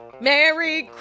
Merry